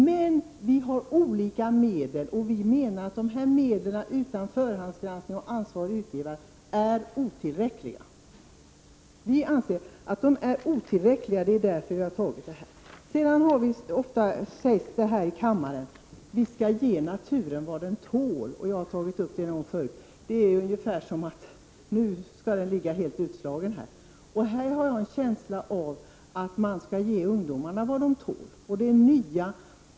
Det finns olika medel, och vi menar att medlen utan förhandsgranskning och ansvarig utgivare är otillräckliga. Det sägs ofta här i kammaren att vi skall ge naturen vad den tål; jag har tagit upp detta en gång förut. Det är ungefär som att säga att nu skall naturen ligga helt utslagen. Och här har jag en känsla av att man skall ge ungdomarna vad de tål.